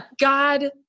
God